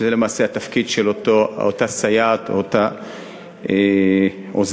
שזה למעשה התפקיד של אותה סייעת או אותה עוזרת.